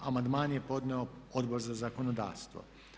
Amandman je podnio Odbor za zakonodavstvo.